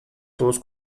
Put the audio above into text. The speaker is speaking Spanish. todos